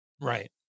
Right